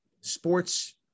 Sports